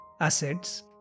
assets